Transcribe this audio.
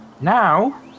now